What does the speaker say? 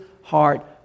heart